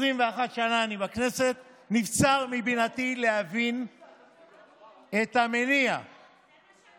21 שנה אני בכנסת, נבצר מבינתי להבין את המניע לכך